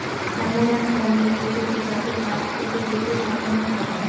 এমন এক ধরনের পদ্ধতি যাতে কাঠ কেটে, বেঁধে পাঠানো হয়